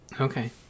Okay